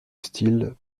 style